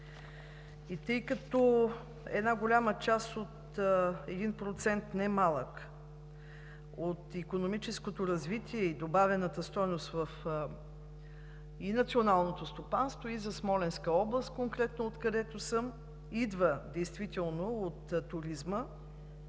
Тъй като една голяма част от един процент, не малък, от икономическото развитие и добавената стойност и в националното стопанство, и за Смолянска област конкретно, откъдето съм, идва действително от туризма,